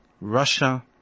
Russia